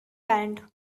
band